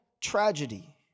tragedy